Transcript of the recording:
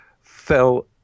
fell